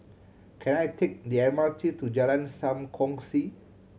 can I take the M R T to Jalan Sam Kongsi